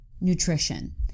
nutrition